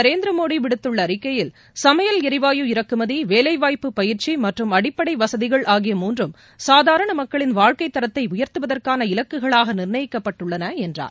நரேந்திரமோடி விடுத்துள்ள அறிக்கையில் சமையல் எரிவாயு இறக்குமதி வேலைவாய்ப்பு பயிற்சி மற்றம் அடிப்படை வசதிகள் ஆகிய மூன்றம் சாதாரண மக்களின் வாழ்க்கை தரத்தை உயர்த்துவதற்கான இலக்குகளாக நிர்ணயிக்கப்பட்டுள்ளன என்றார்